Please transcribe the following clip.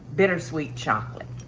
bittersweet chocolate.